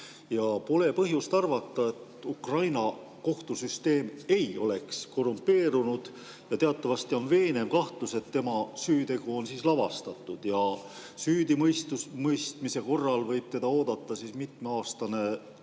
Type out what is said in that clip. pole põhjust arvata, et Ukraina kohtusüsteem ei ole korrumpeerunud. Teatavasti on veenev kahtlus, et tema süütegu on lavastatud, ja süüdimõistmise korral võib teda oodata mitmeaastane